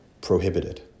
prohibited